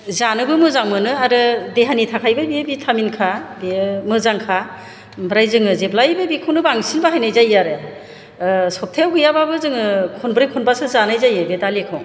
जानोबो मोजां मोनो आरो देहानि थाखायबो बियो भिटामिनखा बेयो मोजांखा ओमफ्राय जोङो जेब्लायबो बेखौनो बांसिन बाहायनाय जायो आरो सप्ताहायाव गैयाबाबो जोङो खनब्रै खनबासो जानाय जायो बे दालिखौ